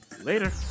Later